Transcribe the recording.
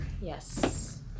Yes